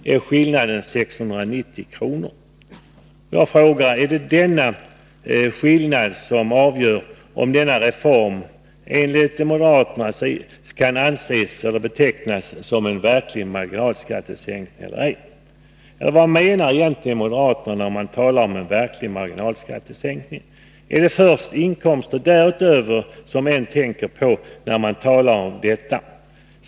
är skillnaden 690 kr. Jag frågar: Är det denna skillnad som avgör om reformen enligt moderaterna kan betecknas som en verklig marginalskattesänkning? Eller vad menar moderaterna med en verklig marginalskattesänkning? Är det först inkomster därutöver som moderaterna tänker på, när de talar om en verklig marginalskattesänkning?